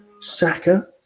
saka